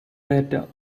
data